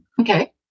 Okay